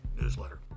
newsletter